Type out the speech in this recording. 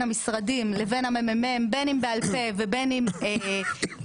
המשרדים לבין המ.מ.מ בין אם בעל פה ובין אם בכתב,